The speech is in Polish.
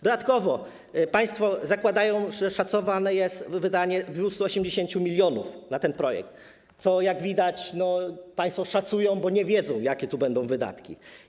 Dodatkowo państwo zakładają, że szacowane jest wydanie 280 mln na ten projekt, co, jak widać, państwo szacują, bo nie wiedzą, jakie to będą wydatki.